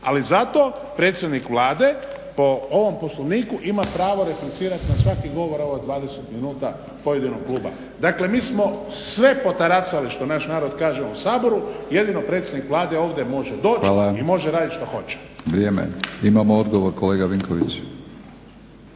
Ali zato predsjednik Vlade po ovom poslovniku ima pravo replicirati na svaki govor … 20 minuta pojedinog kluba. Dakle mi smo sve potaracali što naš narod kaže u Saboru jedino predsjednik Vlade ovdje može doći i raditi što god hoće. **Batinić,